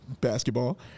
basketball